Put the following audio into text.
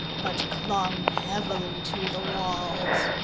but clung heavily to the walls,